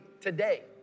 today